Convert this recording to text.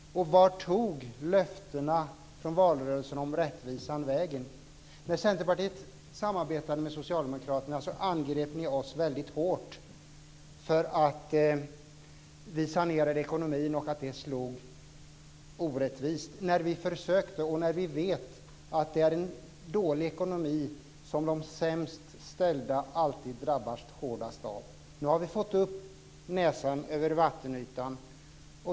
Vart tog löftena från valrörelsen om rättvisa vägen? När vi i Centerpartiet samarbetade med Socialdemokraterna angrep ni oss hårt för att vi sanerade ekonomin och för att det slog orättvist. Vi vet att dålig ekonomi alltid drabbar de sämst ställda. Nu har vi fått upp näsan över vattenytan.